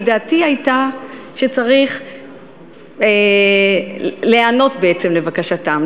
כי דעתי הייתה שצריך להיענות בעצם לבקשתם.